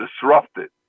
disrupted